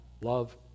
love